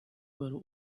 were